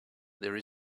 there